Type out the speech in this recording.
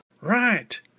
Right